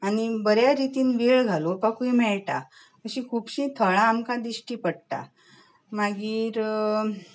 आनी बऱ्या रितीन वेळ घालोवपाकूय मेळटा अशीं खूबशीं थळां आमकां दिश्टीं पडटात मागीर